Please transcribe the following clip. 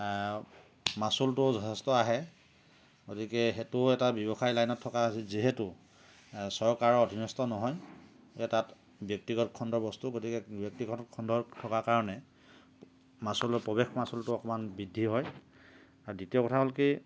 মাচুলটো যথেষ্ট আহে গতিকে সেইটো এটা ব্যৱসায় লাইনত থকা যিহেতু চৰকাৰৰ অধীনস্থ নহয় এটা ব্যক্তিগত খণ্ডৰ বস্তু গতিকে ব্যক্তিগত খণ্ডত থকাৰ কাৰণে মাচুলৰ প্ৰৱেশ মাচুলতো অলপ বৃদ্ধি হয় আৰু দ্বিতীয় কথা হ'ল কি